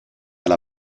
alla